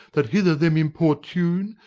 that thither them importune,